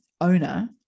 owner